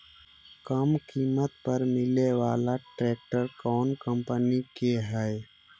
कम किमत पर मिले बाला ट्रैक्टर कौन कंपनी के है?